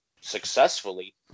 successfully